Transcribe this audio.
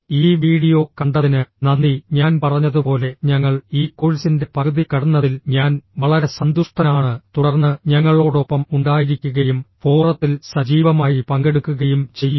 ഈ വീഡിയോ കണ്ടതിന് നന്ദി ഞാൻ പറഞ്ഞതുപോലെ ഞങ്ങൾ ഈ കോഴ്സിന്റെ പകുതി കടന്നതിൽ ഞാൻ വളരെ സന്തുഷ്ടനാണ് തുടർന്ന് ഞങ്ങളോടൊപ്പം ഉണ്ടായിരിക്കുകയും ഫോറത്തിൽ സജീവമായി പങ്കെടുക്കുകയും ചെയ്യുക